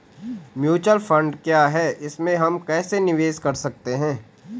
Mutual fund क्या है इसमें हम कैसे निवेश कर सकते हैं?